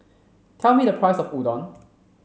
tell me the price of Udon